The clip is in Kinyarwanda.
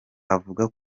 avuga